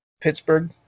Pittsburgh